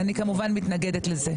אני כמובן מתנגדת לזה.